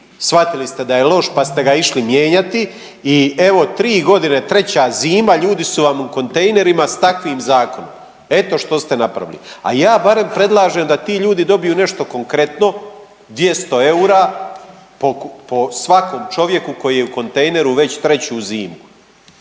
shvatili ste da je loš pa ste ga išli mijenjati, i evo, 3 godine, 3. zima, ljudi su vam u kontejnerima s takvim zakonom. Eto što ste napravili. A ja barem predlažem da ti ljudi dobiju nešto konkretno, 200 eura po svakom čovjeku koji je u kontejneru već 3. zimu.